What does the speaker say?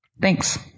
Thanks